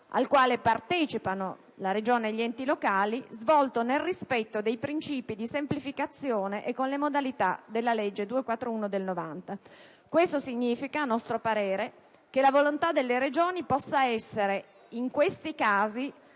al quale partecipano la Regione e gli enti locali, svolto nel rispetto dei principi di semplificazione e con le modalità della legge n. 241 del 1990. Questo significa, a nostro parere, che la volontà delle Regioni possa essere in questi casi